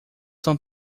são